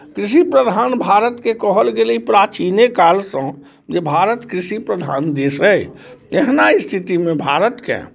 कृषिप्रधान भारतके कहल गेलै प्राचीने कालसँ जे भारत कृषिप्रधान देश अइ एहिना स्थितिमे भारतकेँ